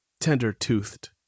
Tender-toothed